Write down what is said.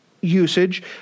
usage